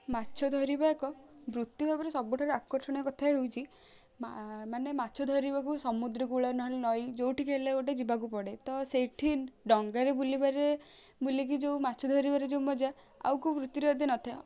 ମାଛ ଧରିବା ଏକ ବୃତ୍ତି ଭାବରେ ସବୁଠାରୁ ଆକର୍ଷଣୀୟ କଥା ହେଉଛି ମା ମାନେ ମାଛ ଧରିବାକୁ ସମୁଦ୍ର କୂଳ ନହେଲେ ନଈ ଯେଉଁଠିକି ହେଲେ ଗୋଟେ ଯିବାକୁ ପଡ଼େ ତ ସେଇଠି ଡଙ୍ଗାରେ ବୁଲି ପାରିବେ ବୁଲିକି ଯେଉଁ ମାଛ ଧରିବାରେ ଯେଉଁ ମଜା ଆଉ କେଉଁ ବୃତ୍ତିରେ ଏତେ ନଥାଏ